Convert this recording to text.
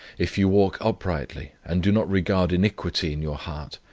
if you walk uprightly and do not regard iniquity in your heart,